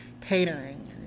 Catering